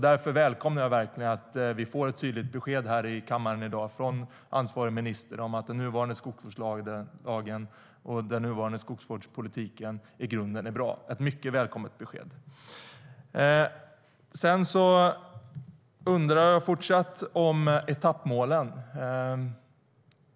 Därför välkomnar jag verkligen att vi i dag av ansvarig minister får ett tydligt besked i kammaren om att den nuvarande skogsvårdslagen och den nuvarande skogsvårdspolitiken i grunden är bra. Det är ett mycket välkommet besked. Jag undrar fortfarande vad som gäller beträffande etappmålen.